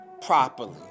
properly